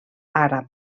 àrab